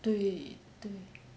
对对